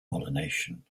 pollination